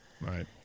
right